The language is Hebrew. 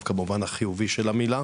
דווקא במובן החיובי של המילה,